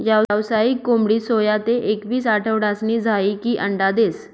यावसायिक कोंबडी सोया ते एकवीस आठवडासनी झायीकी अंडा देस